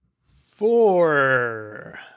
four